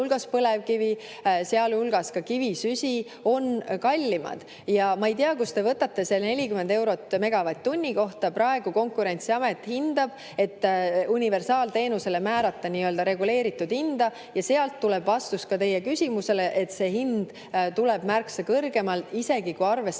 sealhulgas kivisüsi, on kallimad. Ja ma ei tea, kust te võtate selle 40 eurot megavatt-tunni kohta. Praegu Konkurentsiamet hindab [olukorda, et] universaalteenusele määrata nii‑öelda reguleeritud hinda. Sealt tuleb vastus ka teie küsimusele: see hind tuleb märksa kõrgem, isegi kui arvesse